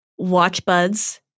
WatchBuds